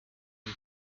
and